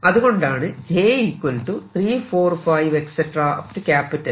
അതുകൊണ്ടാണ് j 345